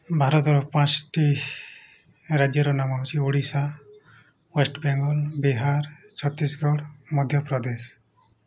ଭାରତର ପାଞ୍ଚଟି ରାଜ୍ୟର ନାମ ହେଉଛି ଓଡ଼ିଶା ୱେଷ୍ଟ ବେଙ୍ଗଲ ବିହାର ଛତିଶଗଡ଼ ମଧ୍ୟପ୍ରଦେଶ